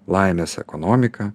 laimės ekonomiką